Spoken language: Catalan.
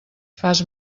fas